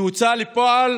ההוצאה לפועל